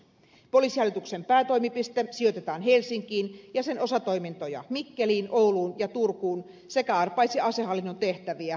poliisihallituksen päätoimipiste sijoitetaan helsinkiin ja sen osatoimintoja mikkeliin ouluun ja turkuun sekä arpajais ja asehallinnon tehtäviä riihimäelle